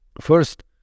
First